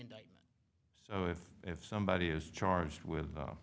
indictment so if if somebody is charged with